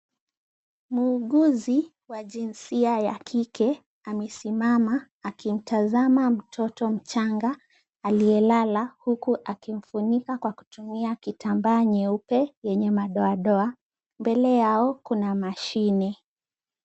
Muuguzi wa jinsia ya kike amesimama akimtazama mtoto mchanga aliyelala huku akimfunika kwa kutumia kitambaa nyeupe yenye madoadoa. Mbele yao kuna mashine.